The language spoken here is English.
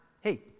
Hey